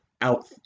out